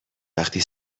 وقتی